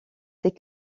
ces